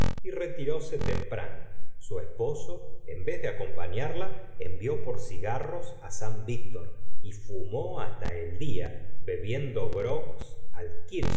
y retiróse temprano su esposo en vez de gustavo flaubert acompanarla envió por cigarros san víctor y fumó hasta el día bebiendo grogs